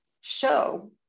show